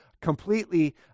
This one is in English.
completely